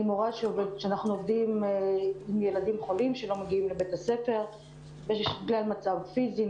אנחנו עובדים עם ילדים חולים שלא מגיעים לבית הספר בגלל מצב פיזי,